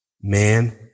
man